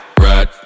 right